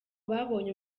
babonye